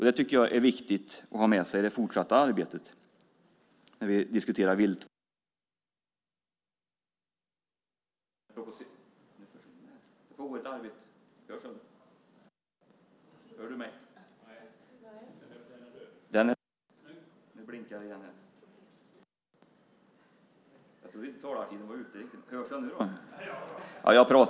Det är viktigt att ha med sig i det fortsatta arbetet när vi diskuterar viltvård.